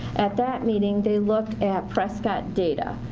at that meeting they looked at prescott data.